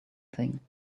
thing